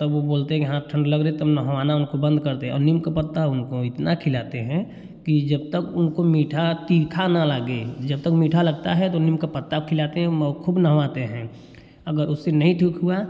तब वो बोलते हैं कि हाँ ठण्ड लग रही है तब नहवाना उनको बंद कर दे और नीम का पत्ता उनको इतना खिलाते हैं कि जब तक उनको मीठा तीखा न लगे जब तक मीठा लगता है तो नीम का पत्ता खिलाते हैं मौ खूब नहवाते हैं अगर उससे नहीं ठीक हुआ